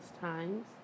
times